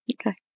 Okay